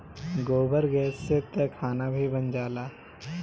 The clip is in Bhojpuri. गोबर गैस से तअ खाना भी बन जाला